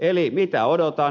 eli mitä odotan